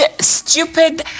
stupid